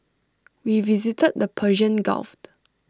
we visited the Persian gulf